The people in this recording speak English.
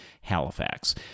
Halifax